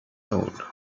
old